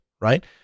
right